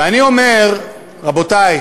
ואני אומר, רבותי,